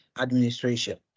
administration